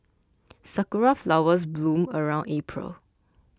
sakura flowers bloom around April